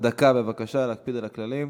רק דקה בבקשה, להקפיד על הכללים.